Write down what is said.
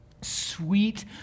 sweet